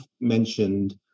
mentioned